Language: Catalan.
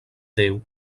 déu